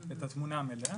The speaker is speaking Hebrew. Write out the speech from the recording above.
התמונה המלאה.